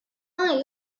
est